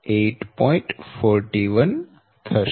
41 થશે